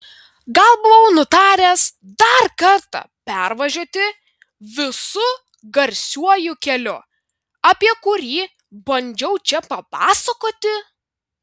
gal buvau nutaręs dar kartą pervažiuoti visu garsiuoju keliu apie kurį bandžiau čia papasakoti